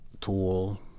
tool